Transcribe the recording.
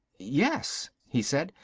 yes he said,